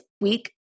week